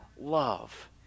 love